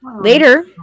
Later